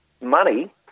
money